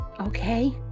Okay